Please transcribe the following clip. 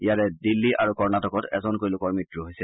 ইয়াৰে দিল্লী আৰু কৰ্ণাটকত এজনকৈ লোকৰ মৃত্যু হৈছে